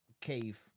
cave